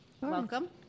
welcome